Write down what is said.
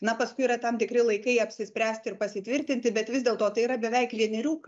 na paskui yra tam tikri laikai apsispręsti ir pasitvirtinti bet vis dėlto tai yra beveik vienerių